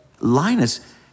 Linus